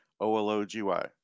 O-L-O-G-Y